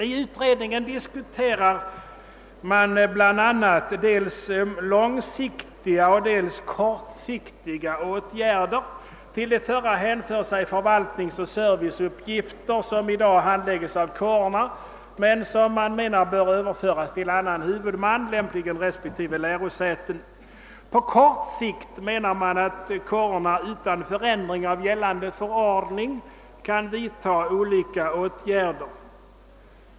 I utred ningen diskuterar man bl a. dels långsiktiga, dels kortsiktiga åtgärder. Till de förra hänför sig förvaltningsoch serviceuppgifter som i dag handläggs av kårerna men som man anser bör överföras till annan huvudman, lämpligen respektive lärosäten. På kort sikt anser man att kårerna utan ändring av gällande förordning kan vidta olika åtgärder.